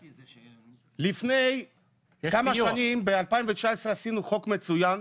לפני כמה שנים ב-2019 עשינו חוק מצוין,